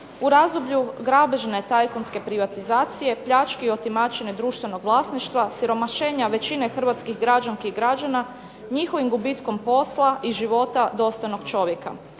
u razdoblju grabežne tajkunske privatizacije, pljačke i otimačine društvenog vlasništva, siromašenja većine hrvatskih građanki i građana, njihovim gubitkom posla, i života dostojnog čovjeka.